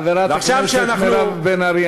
חברת הכנסת מירב בן ארי,